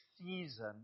season